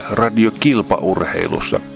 radiokilpaurheilussa